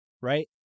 right